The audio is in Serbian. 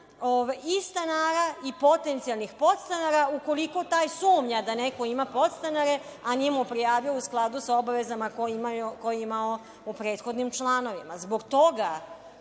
i stana i potencijalnih podstanara ukoliko taj sumnja da neko ima podstanare, a nije mu prijavio u skladu sa obavezama koje je imao u prethodnih članovima. Zbog toga